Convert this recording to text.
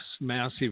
massive